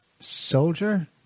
soldier